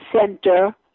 center